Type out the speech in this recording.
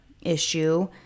issue